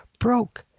broke.